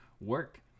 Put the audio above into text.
work